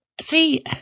see